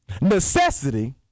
necessity